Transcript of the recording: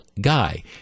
guy